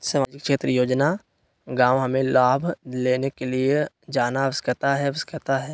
सामाजिक क्षेत्र योजना गांव हमें लाभ लेने के लिए जाना आवश्यकता है आवश्यकता है?